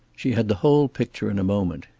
she had the whole picture in a moment.